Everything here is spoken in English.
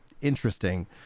interesting